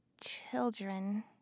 children